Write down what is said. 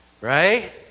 Right